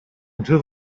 until